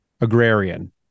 agrarian